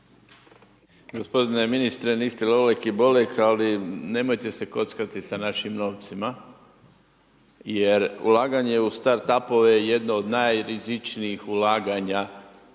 Gospodine ministre niste Lolek i Bolek ali nemojte se kockati sa našim novcima jer ulaganje u start up-ove je jedno od najrizičnijih ulaganja.